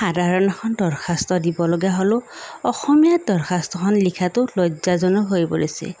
সাধাৰণ এখন দৰ্খাস্ত দিবলগীয়া হ'লেও অসমীয়া দৰ্খাস্তখন লিখাটো লজ্জাজনক হৈ পৰিছে